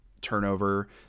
turnover